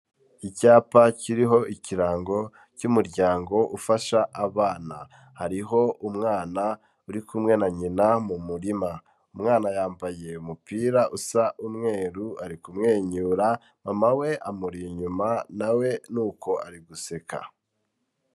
Icyapa kiriho ikirango cy'umuryango ufasha abana, hariho umwana uri kumwe na nyina mu murima, umwana yambaye umupira usa umweru, ari kumwenyura mama we amuri inyuma, na we ni uko ari guseka.